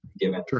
given